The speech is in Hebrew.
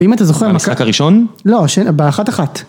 אם אתה זוכר... במשחק הראשון? לא, באחת אחת.